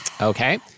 Okay